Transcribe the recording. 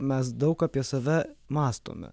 mes daug apie save mąstome